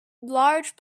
large